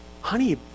honey